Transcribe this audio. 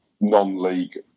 non-league